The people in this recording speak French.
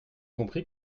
compris